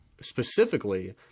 specifically